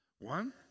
One